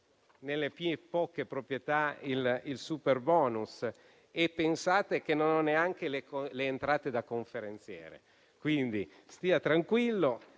per le mie poche proprietà del superbonus e pensate che non ho neanche le entrate da conferenziere. Quindi, stia tranquillo